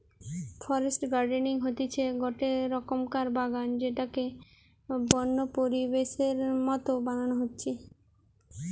forest gardening হতিছে গটে রকমকার বাগান যেটাকে বন্য পরিবেশের মত বানানো হতিছে